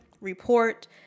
report